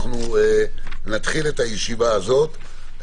אנחנו נתחיל את הישיבה הזאת.